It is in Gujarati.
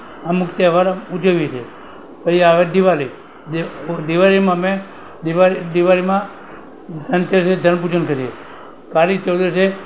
અમુક તહેવારો ઉજવીએ છીએ પછી આવે દિવાળી દિવાળીમાં અમે દિવાળીમાં ધનતેરસે ધન પૂજન કરીએ કાળી ચૌદશે